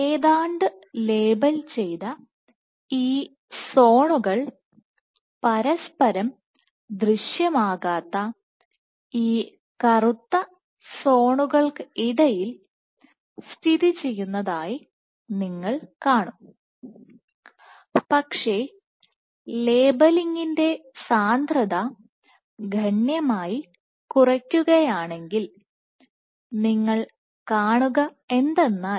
ഏതാണ്ട് ലേബൽ ചെയ്ത ഈ സോണുകൾ പരസ്പരം ദൃശ്യമാകാത്ത ഈ കറുത്ത സോണുകൾക്ക് ഇടയിൽ സ്ഥിതിചെയ്യുന്നതായി നിങ്ങൾ കാണും പക്ഷേ ലേബലിംഗിന്റെ സാന്ദ്രത ഗണ്യമായി കുറയ്ക്കുകയാണെങ്കിൽ നിങ്ങൾ കാണുക എന്തെന്നാൽ